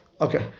Okay